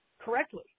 correctly